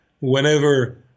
whenever